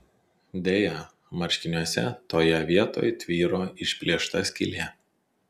deja marškiniuose toje vietoj tvyro išplėšta skylė